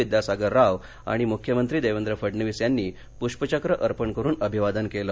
विद्यासागर राव आणि मुख्यमंत्री देवेंद्र फडणवीस यांनी पुष्पचक्र अर्पण करून अभिवादन केलं